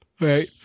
Right